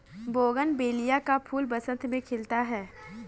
bougainvillea का फूल बसंत में खिलता है